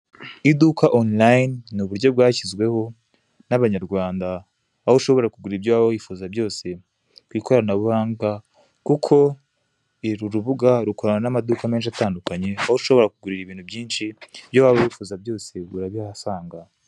Iduka Online ni uburyo bwashyizweho n'abanyarwanda aho ushobora kugura ibyo waba wifuza byose ku ikoranabuhanga kuko uru rubuga rukorana n'amaduka menshi atandukanye aho ushobora kugurira ibintu byinshi ibyo waba wifuza byose urabihasanga.